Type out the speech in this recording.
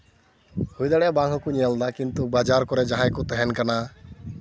ᱦᱩᱭ ᱫᱟᱲᱮᱭᱟᱜᱼᱟ ᱵᱟᱝ ᱦᱚᱸᱠᱚ ᱧᱮᱞᱫᱟ ᱠᱤᱱᱛᱩ ᱵᱟᱡᱟᱨ ᱠᱚᱨᱮ ᱡᱟᱦᱟᱸᱭ ᱠᱚ ᱛᱟᱦᱮᱱ ᱠᱟᱱᱟ